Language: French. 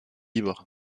libres